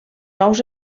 ous